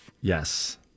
Yes